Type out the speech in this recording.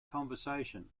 conversation